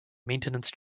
maintenance